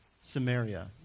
Samaria